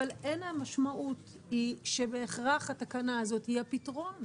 אבל אין המשמעות היא שבהכרח התקנה הזאת היא הפתרון.